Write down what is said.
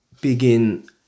begin